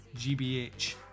GBH